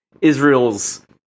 israel's